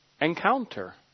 encounter